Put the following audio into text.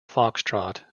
foxtrot